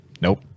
Nope